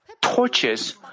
torches